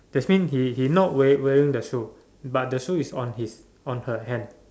the same she she not wear wearing the shoes but the shoes is on his on her hand